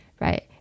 right